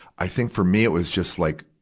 i think for me, it was just like,